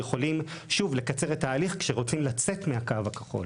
יכולים לקצר את ההליך כשרוצים לצאת הקו הכחול.